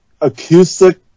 acoustic